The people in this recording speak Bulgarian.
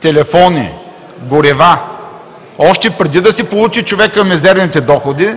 телефони, горива, още преди да си получи човекът мизерните доходи,